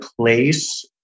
place